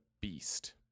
beast